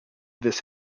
this